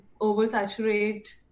oversaturate